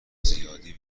زیادی